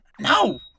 No